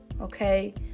okay